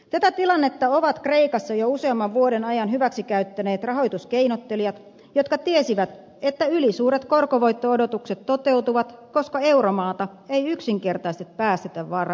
tätä tilannetta ovat kreikassa jo useamman vuoden ajan hyväksikäyttäneet rahoituskeinottelijat jotka tiesivät että ylisuuret korkovoitto odotukset toteutuvat koska euromaata ei yksinkertaisesti päästetä vararikkoon